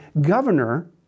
governor